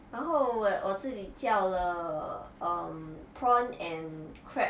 然后我我自己叫了 um prawn and crab